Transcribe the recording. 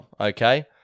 okay